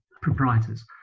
proprietors